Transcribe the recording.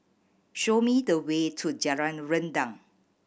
show me the way to Jalan Rendang